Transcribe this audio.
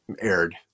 aired